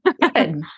Good